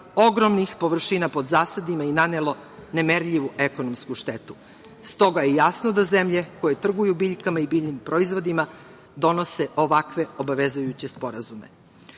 ogromnih površina pod zasadima i nanelo nemerljivu ekonomsku štetu. Stoga je jasno da zemlje koje trguju biljkama i biljnim proizvodima donose ovakve obavezujuće sporazume. Ovde